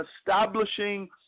establishing